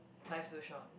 life's too short